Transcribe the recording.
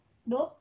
nope